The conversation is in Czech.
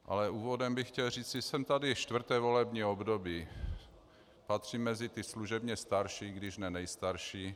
Ale úvodem bych chtěl říci: Jsem tady čtvrté volební období, patřím mezi ty služebně starší, i když ne nejstarší.